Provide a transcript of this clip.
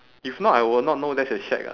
if not I will not know that's a shack [what]